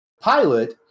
pilot